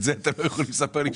את זה אתם לא יכולים לספר לי?".